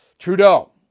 Trudeau